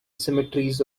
symmetries